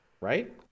Right